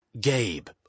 Gabe